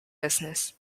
business